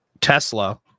Tesla